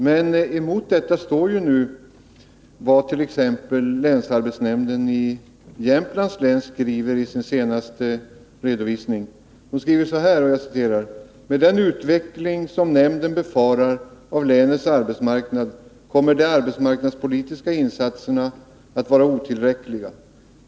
Men emot detta står nu vad t.ex. länsarbetsnämnden i Jämtlands län skriver i sin senaste redovisning: ”Med den utveckling som nämnden befarar av länets arbetsmarknad kommer de arbetsmarknadspolitiska insatserna vara otillräckliga.